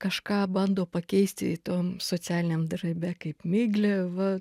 kažką bando pakeisti tom socialiniam darbe kaip miglė va